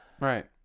right